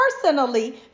personally